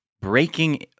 breaking